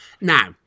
Now